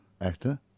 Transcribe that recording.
actor